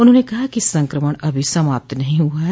उन्होंने कहा कि संक्रमण अभी समाप्त नहीं हुआ है